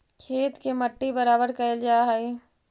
खेत के मट्टी बराबर कयल जा हई